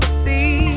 see